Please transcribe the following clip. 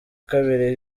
kabiri